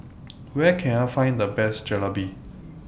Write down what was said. Where Can I Find The Best Jalebi